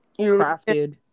crafted